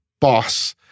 boss